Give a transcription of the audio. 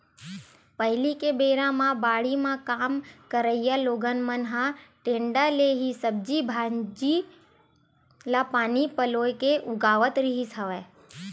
पहिली के बेरा म बाड़ी म काम करइया लोगन मन ह टेंड़ा ले ही सब्जी भांजी ल पानी पलोय के उगावत रिहिस हवय